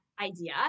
idea